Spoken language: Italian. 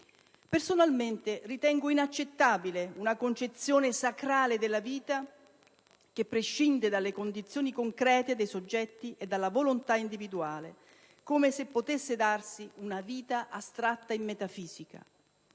Personalmente, ritengo inaccettabile una concezione sacrale della vita che prescinda dalle condizioni concrete dei soggetti e dalla volontà individuale, come se potesse darsi una vita astratta e metafisica.